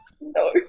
No